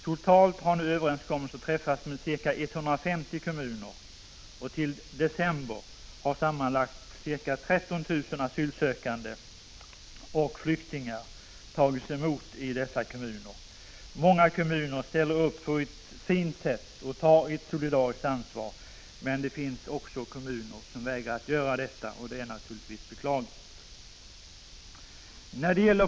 Totalt har nu överenskommelser träffats med ca 150 kommuner. Till december har sammanlagt ca 13 000 asylsökande och flyktingar tagits emot i dessa kommuner. Många kommuner ställer upp på ett fint sätt och tar ett solidariskt ansvar, men det finns också kommuner som vägrar göra detta, och det är naturligtvis beklagligt.